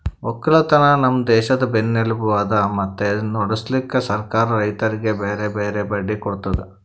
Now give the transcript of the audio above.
ಒಕ್ಕಲತನ ನಮ್ ದೇಶದ್ ಬೆನ್ನೆಲುಬು ಅದಾ ಮತ್ತೆ ನಡುಸ್ಲುಕ್ ಸರ್ಕಾರ ರೈತರಿಗಿ ಬ್ಯಾರೆ ಬ್ಯಾರೆ ಬಡ್ಡಿ ಕೊಡ್ತುದ್